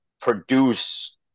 Produce